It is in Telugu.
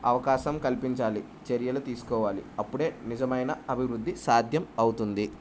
అవకాశం కల్పించాలి చర్యలు తీసుకోవాలి అప్పుడే నిజమైన అభివృద్ధి సాధ్యం అవుతుంది